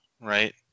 Right